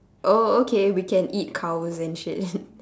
oh okay we can eat cows and shit